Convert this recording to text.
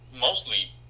mostly